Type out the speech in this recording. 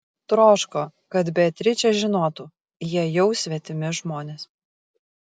troško kad beatričė žinotų jie jau svetimi žmonės